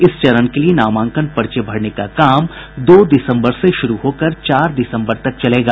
इस चरण के लिए नामांकन पर्चे भरने का काम दो दिसम्बर से शुरू होकर चार दिसम्बर तक चलेगा